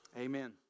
amen